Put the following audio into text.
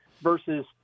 versus